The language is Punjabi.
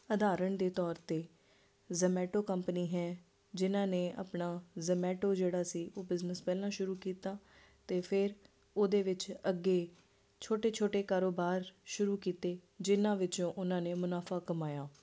ਉਦਾਹਰਣ ਦੇ ਤੌਰ 'ਤੇ ਜਮੈਟੋ ਕੰਪਨੀ ਹੈ ਜਿਹਨਾਂ ਨੇ ਆਪਣਾ ਜਮੈਟੋ ਜਿਹੜਾ ਸੀ ਉਹ ਬਿਜਨਸ ਪਹਿਲਾਂ ਸ਼ੁਰੂ ਕੀਤਾ ਅਤੇ ਫਿਰ ਉਹਦੇ ਵਿੱਚ ਅੱਗੇ ਛੋਟੇ ਛੋਟੇ ਕਾਰੋਬਾਰ ਸ਼ੁਰੂ ਕੀਤੇ ਜਿਹਨਾਂ ਵਿੱਚੋਂ ਉਹਨਾਂ ਨੇ ਮੁਨਾਫਾ ਕਮਾਇਆ